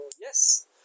Yes